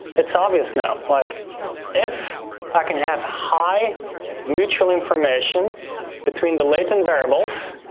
it's obvious now. like if i can have high mutual information between the latent variables,